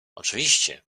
oczywiście